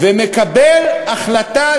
ואני רוצה לשתף